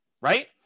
Right